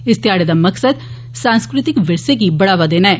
इस ध्याड़े दा मकसद सांस्कृतिक विरासतें गी बढ़ावा देना ऐ